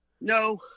No